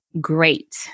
great